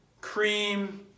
cream